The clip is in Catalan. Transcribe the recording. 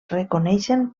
reconeixen